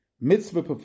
mitzvah